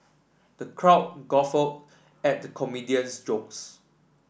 the crowd guffawed at the comedian's jokes